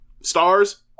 Stars